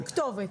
יש כתובת.